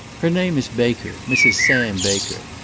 her name is baker mrs. sam baker.